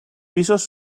pisos